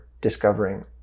discovering